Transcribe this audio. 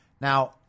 Now